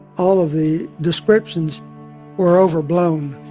all of the descriptions were overblown